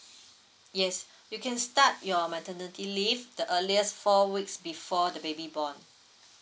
yes you can start your maternity leave the earliest four weeks before the baby born